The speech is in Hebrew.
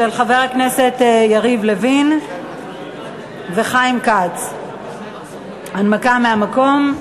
של חברי הכנסת יריב לוין וחיים כץ, הנמקה מהמקום.